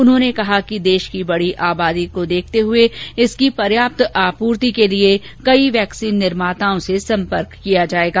उन्होंने कहा कि देश की बड़ी आबादी को देखते हुए इसकी पर्याप्त आपूर्ति के लिए कई वैक्सीन निर्माताओं से संपर्क किया जायेगा